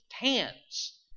hands